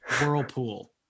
whirlpool